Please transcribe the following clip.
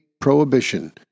prohibition